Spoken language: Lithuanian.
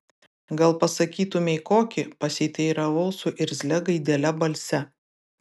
gal pasakytumei kokį pasiteiravau su irzlia gaidele balse